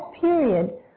period